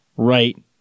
right